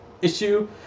issue